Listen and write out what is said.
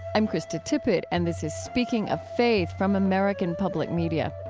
i'm krista tippett and this is speaking of faith from american public media.